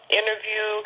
interview